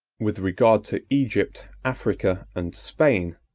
with regard to egypt, africa, and spain,